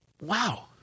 Wow